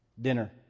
Dinner